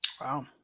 Wow